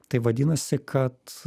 tai vadinasi kad